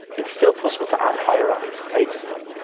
it's still possible to add hierarchy to pages, though.